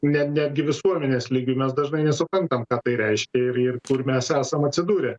nes netgi visuomenės lygiu mes dažnai nesuprantame ką tai reiškia ir ir kur mes esam atsidūrę